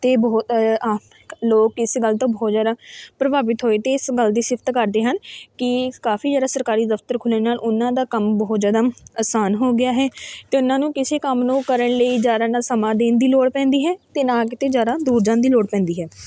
ਅਤੇ ਬਹੁਤ ਆ ਲੋਕ ਇਸ ਗੱਲ ਤੋਂ ਬਹੁਤ ਜ਼ਿਆਦਾ ਪ੍ਰਭਾਵਿਤ ਹੋਏ ਅਤੇ ਇਸ ਗੱਲ ਦੀ ਸਿਫ਼ਤ ਕਰਦੇ ਹਨ ਕਿ ਕਾਫ਼ੀ ਜ਼ਿਆਦਾ ਸਰਕਾਰੀ ਦਫ਼ਤਰ ਖੁੱਲ੍ਹਣ ਨਾਲ਼ ਉਹਨਾਂ ਦਾ ਕੰਮ ਬਹੁਤ ਜ਼ਿਆਦਾ ਆਸਾਨ ਹੋ ਗਿਆ ਹੈ ਅਤੇ ਉਹਨਾਂ ਨੂੰ ਕਿਸੇ ਕੰਮ ਨੂੰ ਕਰਨ ਲਈ ਜ਼ਿਆਦਾ ਨਾ ਸਮਾਂ ਦੇਣ ਦੀ ਲੋੜ ਪੈਂਦੀ ਹੈ ਅਤੇ ਨਾ ਕਿਤੇ ਜ਼ਿਆਦਾ ਦੂਰ ਜਾਣ ਦੀ ਲੋੜ ਪੈਂਦੀ ਹੈ